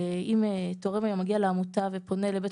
שאם תורם מגיע היום לעמותה ופונה לבית